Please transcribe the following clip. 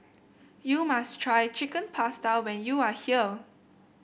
you must try Chicken Pasta when you are here